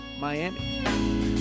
Miami